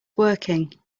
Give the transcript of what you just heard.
working